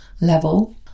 level